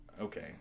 Okay